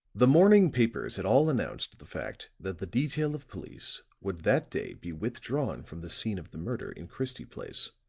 the morning papers had all announced the fact that the detail of police would that day be withdrawn from the scene of the murder in christie place.